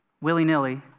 willy-nilly